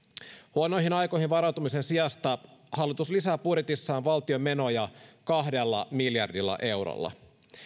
huonoihin aikoihin varautumisen sijasta hallitus lisää budjetissaan valtion menoja kahdella miljardilla eurolla